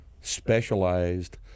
specialized